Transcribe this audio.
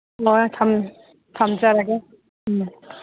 ꯊꯝꯖꯔꯒꯦ ꯎꯝ